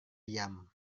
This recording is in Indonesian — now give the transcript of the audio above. diam